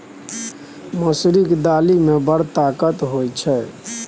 मसुरीक दालि मे बड़ ताकत होए छै